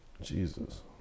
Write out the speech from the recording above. Jesus